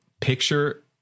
picture